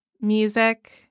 music